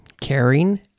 caring